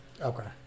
Okay